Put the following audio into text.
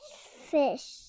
fish